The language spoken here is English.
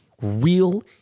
Real